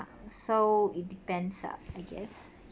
so it depends ah I guess